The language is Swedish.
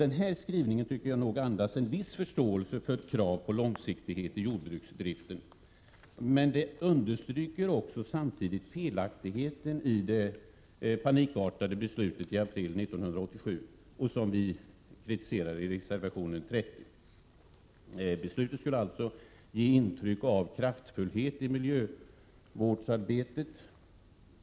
Den här skrivningen tycker jag andas en viss förståelse för krav på långsiktighet i jordbruksdriften, men det understryker också felaktigheten i det panikartade beslutet i april 1987 som vi kritiserar i reservation 30 i detta betänkande. Beslutet skulle alltså ge intryck av kraftfullhet i miljövårdsarbetet.